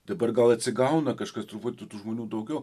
dabar gal atsigauna kažkas truputį tų žmonių daugiau